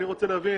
אני רוצה להבין